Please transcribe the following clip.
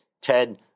Ted